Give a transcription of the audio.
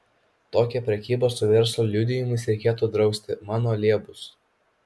tokią prekybą su verslo liudijimais reikėtų drausti mano liebus